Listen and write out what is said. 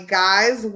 guys